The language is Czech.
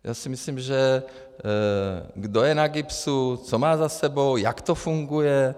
Já si myslím, že kdo je na GIBS, co má za sebou, jak to funguje...